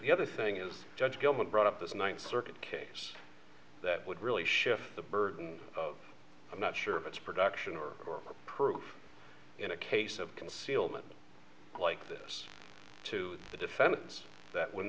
the other thing is judge gilman brought up this ninth circuit case that would really shift the burden i'm not sure of its production or proof in a case of concealment like this to the defense that when